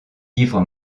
livre